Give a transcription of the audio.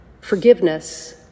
Forgiveness